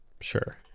sure